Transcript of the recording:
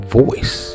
voice